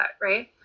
right